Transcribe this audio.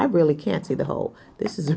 i really can't see the whole this is